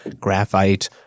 Graphite